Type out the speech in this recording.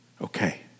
Okay